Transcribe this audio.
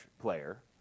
player